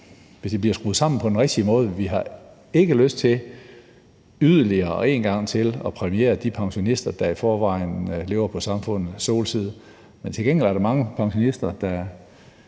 hvis det bliver skruet sammen på den rigtige måde. Vi har ikke lyst til yderligere og en gang til at præmiere de pensionister, der i forvejen lever på samfundets solside. Men til gengæld er der mange pensionister, der